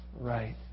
Right